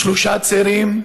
לשלושה צעירים,